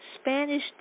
Spanish